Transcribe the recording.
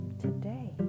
today